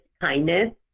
kindness